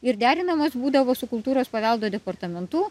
ir derinamas būdavo su kultūros paveldo departamentu